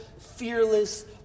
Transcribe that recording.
fearless